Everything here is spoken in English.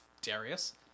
Darius